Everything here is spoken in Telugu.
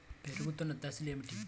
పెరుగుతున్న దశలు ఏమిటి?